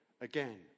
again